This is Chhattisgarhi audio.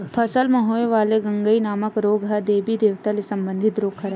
फसल म होय वाले गंगई नामक रोग ह देबी देवता ले संबंधित रोग हरय